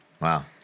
Wow